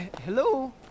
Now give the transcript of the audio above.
Hello